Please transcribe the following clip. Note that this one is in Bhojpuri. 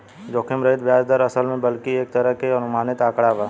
जोखिम रहित ब्याज दर, असल में बल्कि एक तरह के अनुमानित आंकड़ा बा